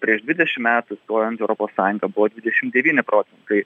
prieš dvidešim metų stojant į europos sąjungą buvo dvidešim devyni procentai